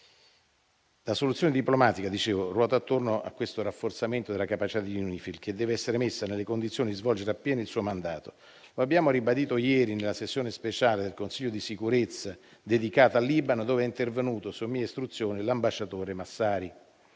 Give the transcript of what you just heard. La soluzione diplomatica, come dicevo, ruota attorno a questo rafforzamento della capacità di UNIFIL, che deve essere messa nelle condizioni di svolgere appieno il suo mandato. Lo abbiamo ribadito ieri nella sessione speciale del Consiglio di sicurezza dedicata al Libano, dove è intervenuto su mia istruzione l'ambasciatore Massari.